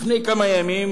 לפני כמה ימים